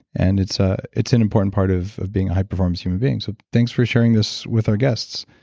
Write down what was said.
and it's ah it's an important part of of being a high performance human being so thanks for sharing this with our guests.